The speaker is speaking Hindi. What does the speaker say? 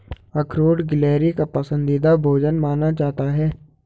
अखरोट गिलहरी का पसंदीदा भोजन माना जाता है